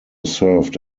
served